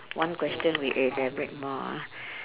one question we elaborate more ah